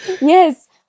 Yes